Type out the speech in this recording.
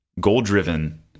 goal-driven